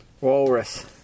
Walrus